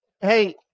Hey